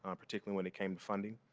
um particularly when it came to funding.